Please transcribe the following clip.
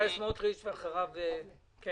אני